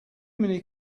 many